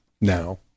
now